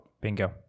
Bingo